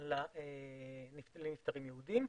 לנפטרים יהודים,